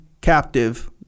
captive